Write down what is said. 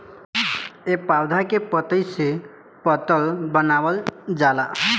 ए पौधा के पतइ से पतल बनावल जाला